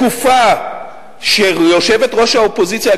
בתקופה שיושבת-ראש האופוזיציה,